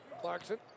Clarkson